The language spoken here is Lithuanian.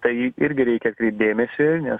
tai irgi reikia kreipt dėmesį nes